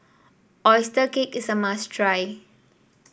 oyster cake is a must try